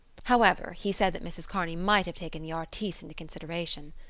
however, he said that mrs. kearney might have taken the artistes into consideration.